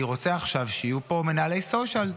אני רוצה עכשיו שיהיו פה מנהלי סושיאל,